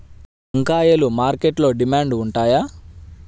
వంకాయలు మార్కెట్లో డిమాండ్ ఉంటాయా?